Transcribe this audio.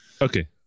okay